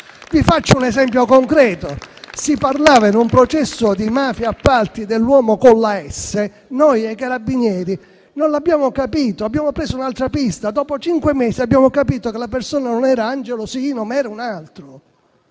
Vi faccio un esempio concreto: si parlava, in un processo di mafia e appalti, dell'uomo con la S; noi e i carabinieri non l'abbiamo capito, abbiamo preso un'altra pista e dopo cinque mesi abbiamo capito che la persona non era Angelo Siino, ma era un altro.